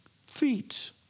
feet